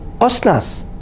Osnas